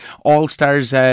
All-Stars